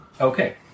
Okay